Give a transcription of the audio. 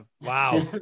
Wow